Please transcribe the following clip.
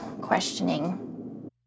questioning